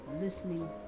listening